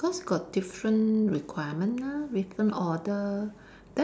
because got different requirement ah different order